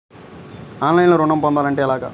ఆన్లైన్లో ఋణం పొందాలంటే ఎలాగా?